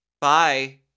Bye